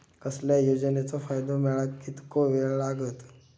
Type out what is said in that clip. कसल्याय योजनेचो फायदो मेळाक कितको वेळ लागत?